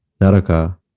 Naraka